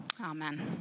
Amen